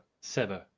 seven